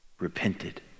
repented